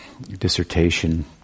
dissertation